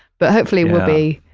but hopefully will be,